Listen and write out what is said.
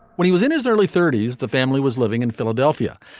when he was in his early thirty s the family was living in philadelphia.